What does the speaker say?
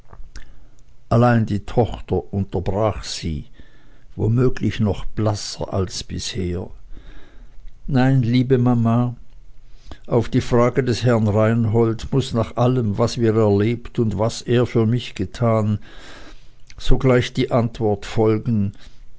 allein die tochter unterbrach sie womöglich noch blasser als bisher nein liebe mama auf die frage des herren reinhold muß nach allem was wir erlebt und was er für mich getan sogleich die antwort folgen